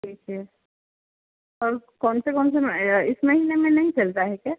ठीक है और कौन से कौन से में ए या इस महीने में नहीं चलता है क्या